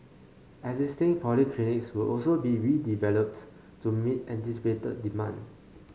existing polyclinics will also be redeveloped to meet anticipated demand